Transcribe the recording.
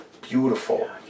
beautiful